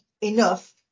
enough